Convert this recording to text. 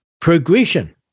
Progression